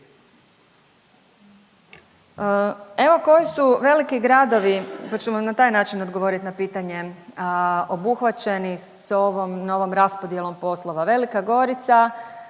Evo koji su veliki gradovi pa ćemo i na taj način odgovorit na pitanje, obuhvaćeni s ovom novom raspodjelom poslova. Velika Gorica,